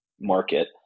market